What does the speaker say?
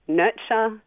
nurture